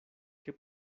que